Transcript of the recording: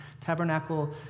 Tabernacle